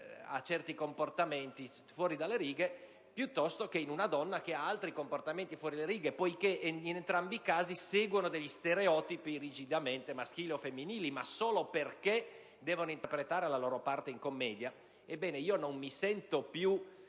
ha certi comportamenti fuori dalle righe piuttosto che in una donna che ha altri comportamenti fuori dalle righe, poiché in entrambi i casi essi seguono degli stereotipi rigidamente maschili o femminili, ma solo perché devono interpretare la loro parte in commedia. Ebbene, io non sento la